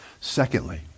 Secondly